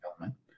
element